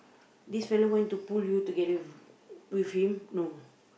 this fella want to pull you together with with him no